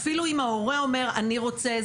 אפילו אם ההורה אומר אני רוצה,